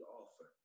offer